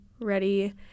ready